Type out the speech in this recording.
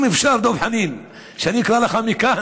אם אפשר, דב חנין, שאני אקרא לך מכאן